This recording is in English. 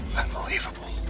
unbelievable